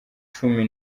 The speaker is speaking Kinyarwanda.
cumi